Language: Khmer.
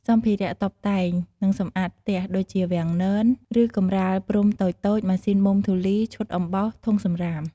សម្ភារៈតុបតែង និងសម្អាតផ្ទះ ដូចជា វាំងនន ឬកម្រាលព្រំតូចៗ ម៉ាស៊ីនបូមធូលី ឈុតអំបោស ធុងសំរាម ។